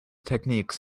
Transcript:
techniques